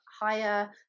higher